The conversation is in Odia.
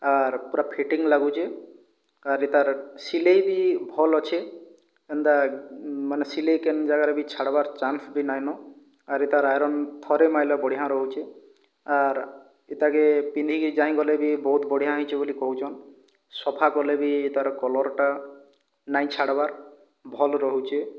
ଆର୍ ପୁରା ଫିଟିଂ ଲାଗୁଛେ ଆଉରି ତାର ସିଲେଇ ବି ଭଲ୍ ଅଛେ ଏନ୍ତା ମାନେ ସିଲେଇ କେନ୍ ଜାଗାରେ ବି ଛାଡ଼୍ବାର୍ ଚାନ୍ସ ବି ନାଇନ ଆହୁରି ତାର ଆଇରନ୍ ଥରେ ମାଇଲେ ବଢ଼ିଆଁ ରହୁଛେ ଆର୍ ଏତାକେ ପିନ୍ଧିକି ଯାଏଁ ଗଲେ ବି ବହୁତ ବଢ଼ିଆଁ ହେଇଛେଁ ବୋଲି କହୁଛନ୍ ସଫା କଲେ ବି ତାର କଲର୍ଟା ନାଇ ଛାଡ଼୍ବାର୍ ଭଲ ରହୁଛେ